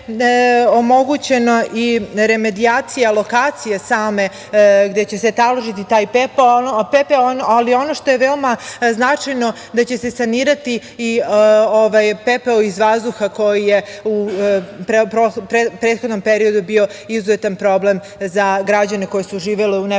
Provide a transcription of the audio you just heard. je omogućena i remediacija lokacije same gde će se taložiti taj pepeo, ali ono što je veoma značajno jeste da će se sanirati i pepeo iz vazduha koji je u prethodnom periodu bio izuzetan problem za građane koji su živeli u neposrednoj